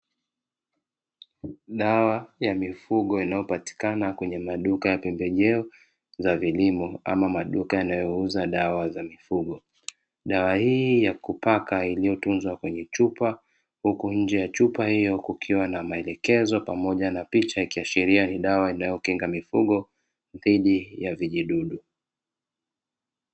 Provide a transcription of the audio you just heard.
Dawa ya mifugo inayopatikana kwenye maduka ya pembejeo za vilimo ama maduka yanayouza dawa za mifugo, dawa hii ya kupaka iliyotunzwa kwenye chupa huku nje ya chupa hiyo kukiwa na maelekezo pamoja na picha, ikiashiria ni dawa inayokinga mifugo dhidi ya vijidudu.